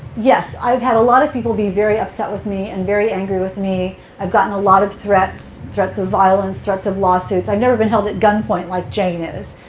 yes. i've had a lot of people be very upset with me and very angry with me. i've gotten a lot of threats threats of violence, threats of lawsuits. i've never been held at gunpoint, like jane is.